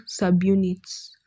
subunits